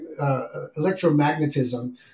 electromagnetism